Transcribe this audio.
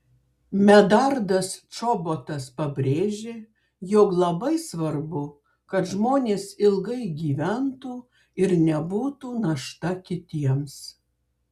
medardas čobotas pabrėžė jog labai svarbu kad žmonės ilgai gyventų ir nebūtų našta kitiems